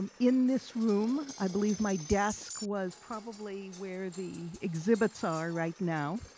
um in this room, i believe my desk was probably where the exhibits are right now.